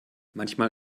manchmal